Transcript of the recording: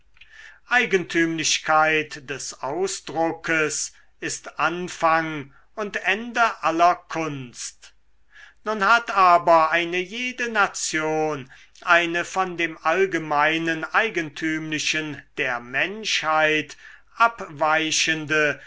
eigentümlichkeit des ausdruckes ist anfang und ende aller kunst nun hat aber eine jede nation eine von dem allgemeinen eigentümlichen der menschheit abweichende